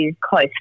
close